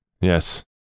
yes